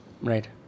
Right